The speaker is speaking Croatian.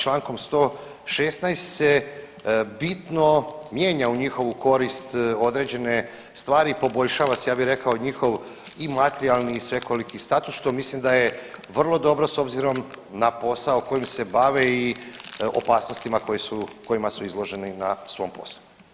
Čl. 116. se bitno mijenja u njihovu korist određene stvari, poboljšava se ja bih rekao i njihov i materijalni i svekoliki status, što mislim da je vrlo dobro s obzirom na posao kojim se bave i opasnostima kojima su izloženi na svom poslu.